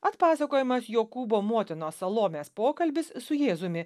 atpasakojamas jokūbo motinos salomės pokalbis su jėzumi